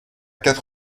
quatre